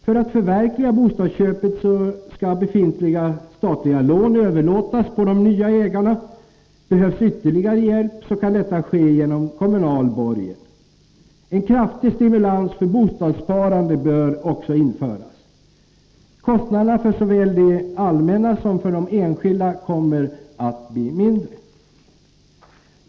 För att förverkliga bostadsköpet skall befintliga statliga lån överlåtas på de nya ägarna. Behövs ytterligare hjälp kan detta ske genom kommunal borgen. En kraftig stimulans för bostadssparandet bör införas. Kostnaderna för såväl det allmänna som de enskilda kommer att bli mindre.